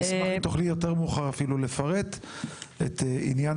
אני אשמח אם תוכלי יותר מאוחר לפרט את עניין